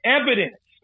evidence